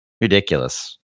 ridiculous